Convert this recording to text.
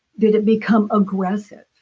did it become aggressive?